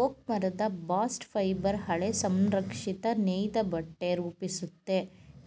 oak ಮರದ bast fibre ಹಳೆ ಸಂರಕ್ಷಿತ ನೇಯ್ದಬಟ್ಟೆ ರೂಪಿಸುತ್ತೆ